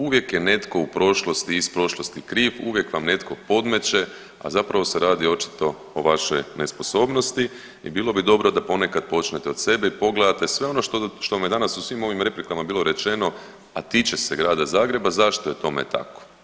Uvijek je netko u prošlosti, iz prošlosti kriv, uvijek vam netko podmeće a zapravo se radi očito o vašoj nesposobnosti i bilo bi dobro da ponekad počnete od sebe i pogledate sve ono što vam je danas u svim ovim replikama bilo rečeno a tiče se grada Zagreba zašto je tome tako.